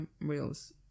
reels